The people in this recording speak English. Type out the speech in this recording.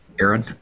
Aaron